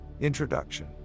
Introduction